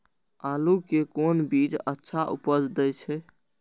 आलू के कोन बीज अच्छा उपज दे छे?